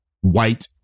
white